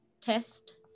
test